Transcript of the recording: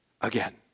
again